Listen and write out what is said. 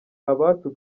abacu